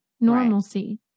normalcy